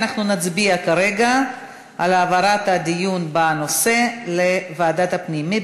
אנחנו נצביע כרגע על העברת הנושא לדיון בוועדת הפנים.